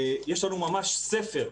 יש לנו ממש ספר,